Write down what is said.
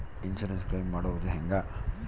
Insurance claim ಮಾಡದು ಹೆಂಗೆ?